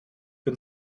bin